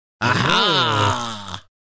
Aha